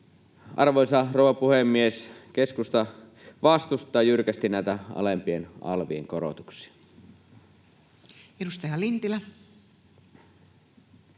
Arvoisa rouva puhemies! Keskusta vastustaa jyrkästi näitä alempien alvien korotuksia. Edustaja Lintilä.